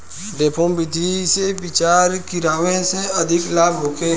डेपोक विधि से बिचरा गिरावे से अधिक लाभ होखे?